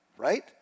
Right